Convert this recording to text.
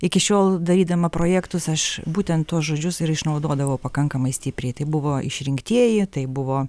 iki šiol darydama projektus aš būtent tuos žodžius ir išnaudodavau pakankamai stipriai buvo išrinktieji tai buvo